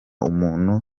umuntu